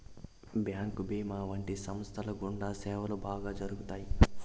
bank భీమా వంటి సంస్థల గుండా సేవలు బాగా జరుగుతాయి